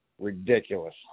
ridiculous